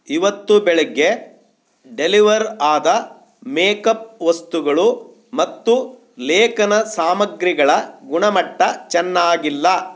ಇವತ್ತು ಬೆಳಗ್ಗೆ ಡೆಲಿವರ್ ಆದ ಮೇಕಪ್ ವಸ್ತುಗಳು ಮತ್ತು ಲೇಖನ ಸಾಮಗ್ರಿಗಳ ಗುಣಮಟ್ಟ ಚೆನ್ನಾಗಿಲ್ಲ